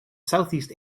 southeast